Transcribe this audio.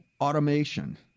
automation